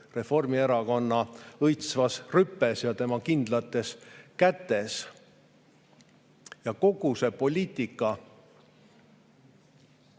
Reformierakonna õitsvas rüpes ja tema kindlates kätes. Kogu see poliitika